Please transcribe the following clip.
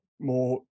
more